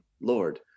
lord